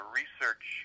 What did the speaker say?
research